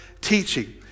teaching